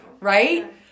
right